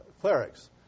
clerics